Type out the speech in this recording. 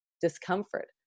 discomfort